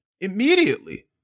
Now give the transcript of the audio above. immediately